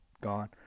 gone